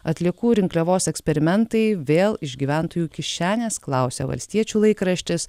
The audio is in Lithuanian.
atliekų rinkliavos eksperimentai vėl iš gyventojų kišenes klausia valstiečių laikraštis